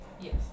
Yes